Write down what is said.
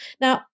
Now